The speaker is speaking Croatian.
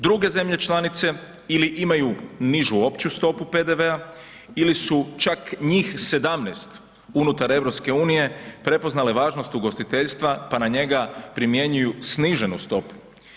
Druge zemlje članice ili imaju nižu opću stopu PDV-a ili su, čak njih 17 unutar EU prepoznale važnost ugostiteljstva pa na njega primjenjuju sniženu stopu.